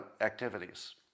activities